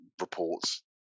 reports